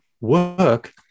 work